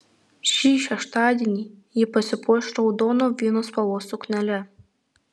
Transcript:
šį šeštadienį ji pasipuoš raudono vyno spalvos suknele